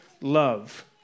love